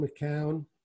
McCown